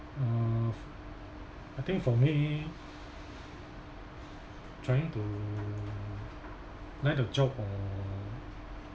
uh I think for me trying to get a job or